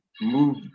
move